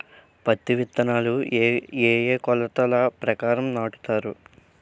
పత్తి విత్తనాలు ఏ ఏ కొలతల ప్రకారం నాటుతారు?